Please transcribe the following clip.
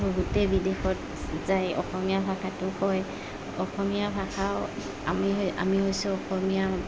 বহুতেই বিদেশত যায় অসমীয়া ভাষাটো কয় অসমীয়া ভাষাও আমি আমি হৈছো অসমীয়া